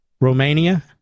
Romania